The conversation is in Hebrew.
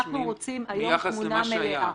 אנחנו רוצים היום תמונה מלאה.